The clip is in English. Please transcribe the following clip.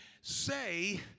say